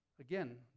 Again